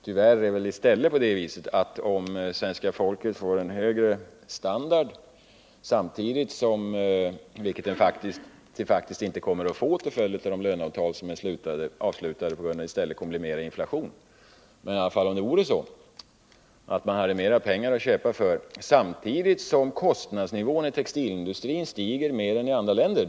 Tyvärr är det väl i stället på det sättet att om svenska folket får en högre standard — vilket det faktiskt inte kommer att få till följd av de löneavtal som har slutits, eftersom dessa kommer att leda till ökad inflation — och får mera pengar att köpa för, stiger samtidigt kostnadsnivån i textilindustrin mer än i andra länder.